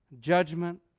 Judgment